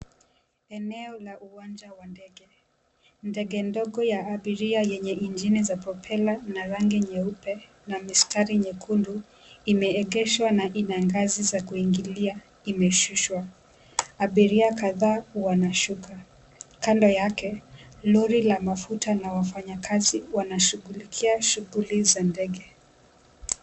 Eneo la uwanja wa ndege. Ndege ndogo ya abiria lenye injini za propela na rangi nyeupe na mistari nyekundu imeegeshwa na ina ngazi za kuingilia imeshushwa. Abiria kadhaa wanashuka. Kando yake, lori la mafuta na wafanyakazi wanashugulikia shughuli za ndege.